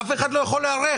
אף אחד לא יכול להיערך.